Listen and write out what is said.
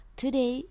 today